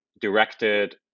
directed